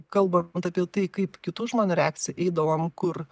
kalbant apie tai kaip kitų žmonių reakcija eidavom kur